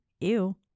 ew